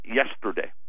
yesterday